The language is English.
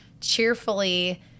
cheerfully